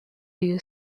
you